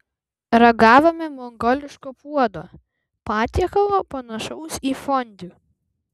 ragavome mongoliško puodo patiekalo panašaus į fondiu